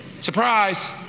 surprise